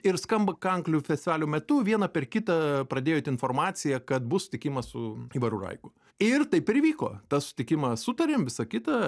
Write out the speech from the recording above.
ir skamba kanklių festivalio metu vieną per kitą pradėjo eit informacija kad bus susitikimas su ivaru raigu ir taip ir įvyko tą sutikimą sutarėm visa kita